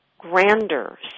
grander